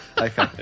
Okay